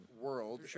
world